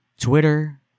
Twitter